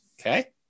Okay